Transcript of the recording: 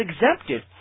exempted